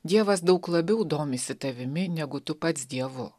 dievas daug labiau domisi tavimi negu tu pats dievu